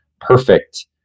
perfect